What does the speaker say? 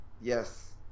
Yes